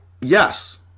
Yes